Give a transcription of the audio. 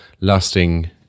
lasting